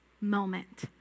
moment